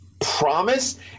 promise